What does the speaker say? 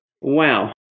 Wow